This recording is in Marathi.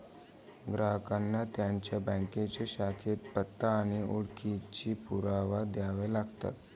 ग्राहकांना त्यांच्या बँकेच्या शाखेत पत्ता आणि ओळखीचा पुरावा द्यावा लागेल